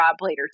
later